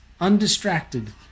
undistracted